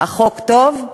חוק טוב,